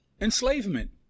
enslavement